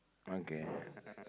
okay